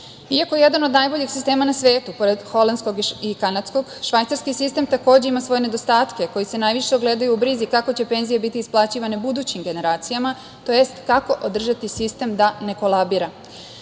jedan od najboljih sistema na svetu, pored holandskog i kanadskog, švajcarski sistem takođe ima svoje nedostatke koji se najviše ogledaju u brizi kako će penzije biti isplaćivane budućim generacijama, to jest kako održati sistem da ne kolabira. Jedna